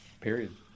period